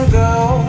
girl